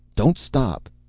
don't stop!